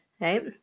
Right